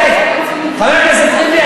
חבר הכנסת ריבלין,